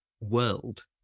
world